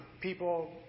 people